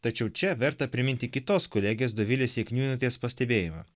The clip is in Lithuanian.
tačiau čia verta priminti kitos kolegės dovilės jakniūnaitės pastebėjimą